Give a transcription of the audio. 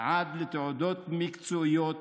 ועד לתעודות מקצועיות